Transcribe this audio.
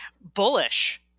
Bullish